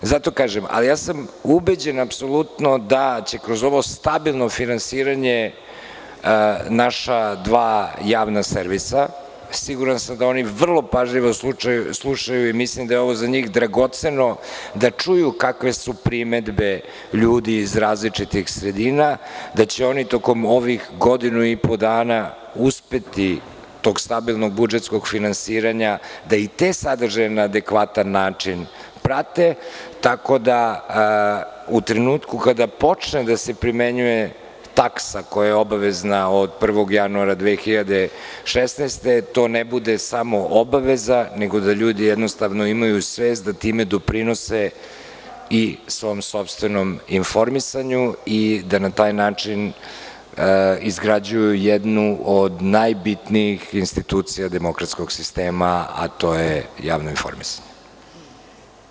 Apsolutno sam ubeđen da će kroz ovo stabilno finansiranje naša dva javna servisa i siguran sam da oni vrlo pažljivo slušaju, jer mislim da je ovo za njih dragoceno da čuju kakve su primedbe ljudi iz različitih sredina, da će oni tokom ovih godinu i po dana uspeti do tog stabilnog budžetskog finansiranja da i te sadržaje na adekvatan način prate, tako da u trenutku kada počne da se primenjuje taksa koja obavezna od 1. januara 2016. godine, to ne bude samo obaveza, nego da ljudi imaju svest da time doprinose i svom sopstvenom informisanju i da na taj način izgrađuju jednu od najbitnijih institucija demokratskog sistema, a to je javno informisanje.